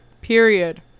period